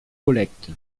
collecte